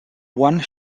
one